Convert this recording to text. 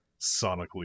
sonically